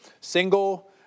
single